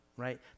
right